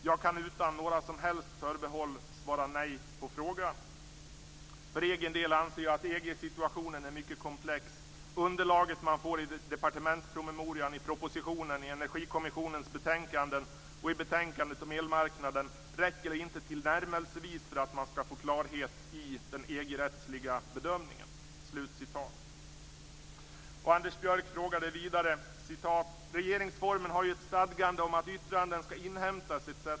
"Jag kan utan några som helst förbehåll svara nej på frågan. För egen del anser jag att EG-situationen är mycket komplex. Underlaget man får i departementspromemorian, i propositionen, i Energikommissionens betänkanden och betänkandet om elmarknaden räcker inte tillnärmelsevis för att man skall få klarhet i den EG-rättsliga bedömningen." Vidare frågade Anders Björck: "Regeringsformen har ju ett stadgande om att yttranden skall inhämtas etc.